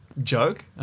Joke